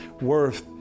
worth